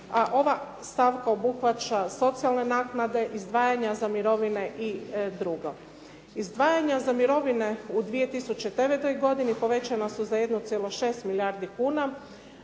A ova stavka obuhvaća socijalne naknade, izdvajanje za mirovine i drugo. Izdvajanja za mirovine u 2009. godini povećana su za 1,6 milijardi kuna,